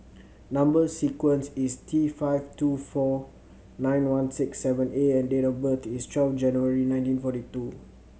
number sequence is T five two four nine one six seven A and date of birth is twelve January nineteen forty two